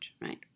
right